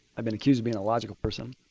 i've been accused of being a logical person.